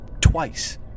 twice